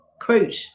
quote